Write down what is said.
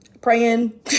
praying